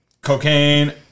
Cocaine